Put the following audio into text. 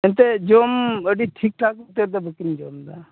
ᱮᱱᱛᱮᱡ ᱡᱚᱢ ᱟ ᱰᱤ ᱴᱷᱤᱠ ᱴᱷᱟᱠ ᱛᱮᱫᱚ ᱵᱟᱠᱤᱱ ᱡᱚᱢᱫᱟ